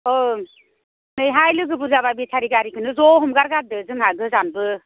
ओं नैहाय लोगो बुरजाब्ला बेटारि गारिखौनो ज' हमगार गारदो जोंहा गोजानबो